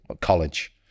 college